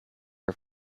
are